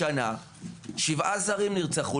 השנה שבעה זרים נרצחו,